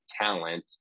talent